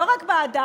לא רק באדם.